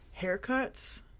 haircuts